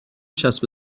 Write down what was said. چسب